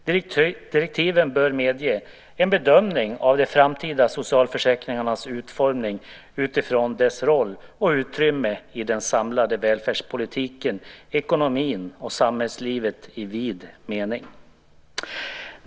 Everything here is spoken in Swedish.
Direktiven bör medge en bedömning av de framtida socialförsäkringarnas utformning utifrån deras roll och utrymme i den samlade välfärdspolitiken, ekonomin och samhällslivet i vid mening.